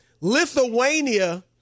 Lithuania